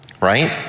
Right